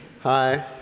Hi